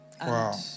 Wow